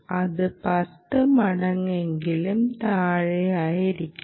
ഇത് പത്ത് മടങ്ങെങ്കിലും താഴെയായിരിക്കണം